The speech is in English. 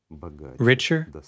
richer